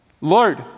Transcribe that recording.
Lord